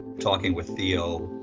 talking with theo,